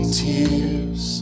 tears